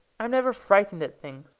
i'm never frightened at things.